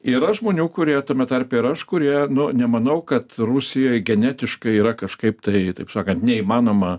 yra žmonių kurie tame tarpe ir aš kurie nu nemanau kad rusijoj genetiškai yra kažkaip tai taip sakant neįmanoma